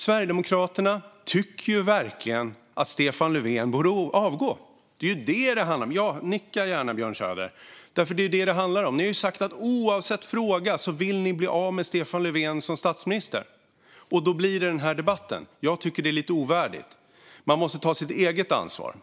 Sverigedemokraterna tycker verkligen att Stefan Löfven borde avgå. Det är det som det handlar om - ja, nicka gärna, Björn Söder! Ni har sagt att oavsett fråga vill ni bli av med Stefan Löfven som statsminister. Då blir det den här debatten. Jag tycker att det är lite ovärdigt. Man måste ta sitt eget ansvar.